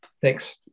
Thanks